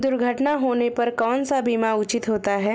दुर्घटना होने पर कौन सा बीमा उचित होता है?